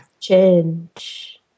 change